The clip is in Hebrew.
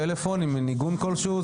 ובכלל זה אם אינו עומד בהוראות